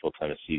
Tennessee